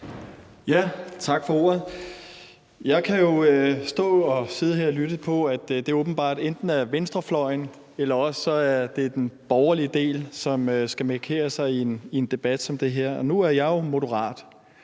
(M): Tak for ordet. Jeg kan jo stå og sidde her og lytte til, at det åbenbart enten er venstrefløjen eller den borgerlige del, som skal markere sig i en debat som den her. Nu er jeg jo moderat,